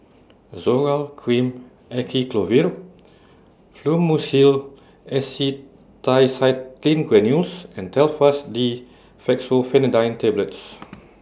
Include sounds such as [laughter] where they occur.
Zoral Cream Acyclovir Fluimucil Acetylcysteine Granules and Telfast D Fexofenadine Tablets [noise]